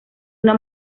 una